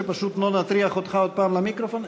שפשוט לא נטריח אותך עוד פעם למיקרופון?